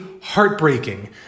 heartbreaking